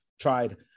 tried